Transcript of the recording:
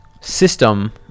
system